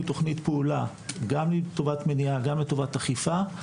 תכנית פעולה גם לטובת מניעה וגם לטובת אכיפה,